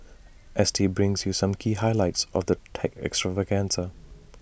S T brings you some key highlights of the tech extravaganza